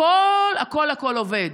הכול הכול הכול עובד.